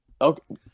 okay